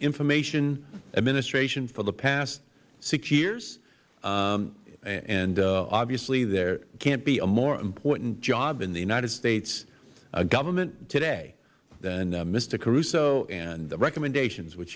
information administration for the past six years and obviously there can't be a more important job in the united states government today than mister caruso and the recommendations which